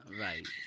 Right